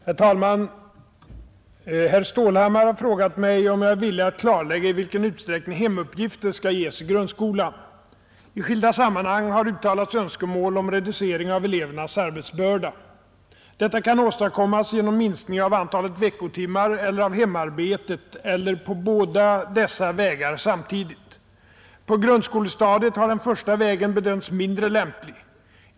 Herr talman! Herr Stålhammar har frågat mig, om jag är villig att klarlägga i vilken utsträckning hemuppgifter skall ges i grundskolan. I skilda sammanhang har uttalats önskemål om reducering av elevernas arbetsbörda. Detta kan åstadkommas genom minskning av antalet veckotimmar eller av hemarbetet eller på båda dessa vägar samtidigt. På grundskolestadiet har den första vägen bedömts mindre lämplig.